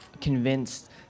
convinced